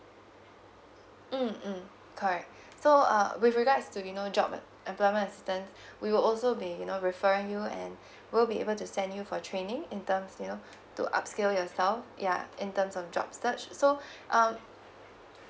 mm mm correct so uh with regards to you know job em~ employments assistance we will also be you know referring you and we'll be able to send you for training in terms you know to upscale yourself ya in terms of job search so um